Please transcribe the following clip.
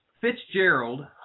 Fitzgerald